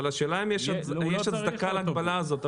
אבל השאלה אם יש הצדקה להגבלה הזאת.